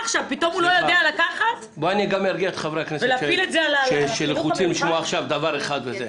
סליחה, חבריי, עוד דקה.